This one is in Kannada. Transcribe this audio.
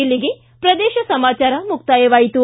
ಇಲ್ಲಿಗೆ ಪ್ರದೇಶ ಸಮಾಚಾರ ಮುಕ್ತಾಯವಾಯಿತು